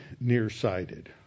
nearsighted